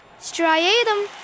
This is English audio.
Striatum